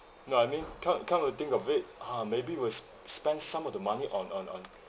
no I mean come come to think of it uh maybe will s~ spent some of the money on on on